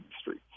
streets